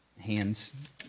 hands